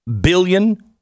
billion